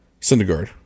Syndergaard